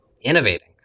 innovating